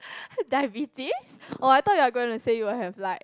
diabetes oh I thought you're going to say you will have like